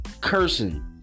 cursing